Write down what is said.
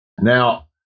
Now